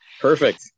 perfect